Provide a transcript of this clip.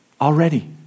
Already